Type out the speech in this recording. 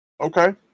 Okay